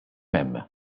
hemm